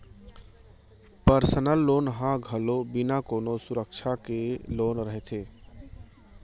personal loan ह घलोक बिना कोनो सुरक्छा के लोन रहिथे